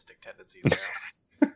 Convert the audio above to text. tendencies